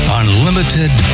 unlimited